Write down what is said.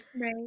Right